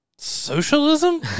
socialism